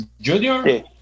Junior